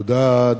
תודה.